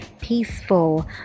peaceful